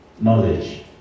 knowledge